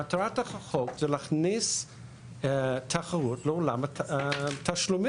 מטרת החוק היא להכניס תחרות לעולם התשלומים.